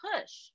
push